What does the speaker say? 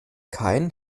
kein